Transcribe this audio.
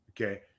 okay